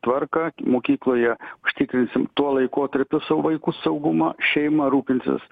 tvarką mokykloje užtikrinsie tuo laikotarpiu savo vaikų saugumą šeima rūpinsis